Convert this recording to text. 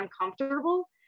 uncomfortable